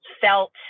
felt